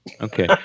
Okay